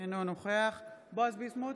אינו נוכח בועז ביסמוט,